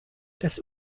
das